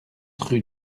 rue